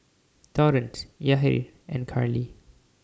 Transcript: Torrence Yahir and Carly